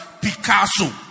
Picasso